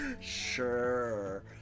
sure